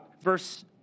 verse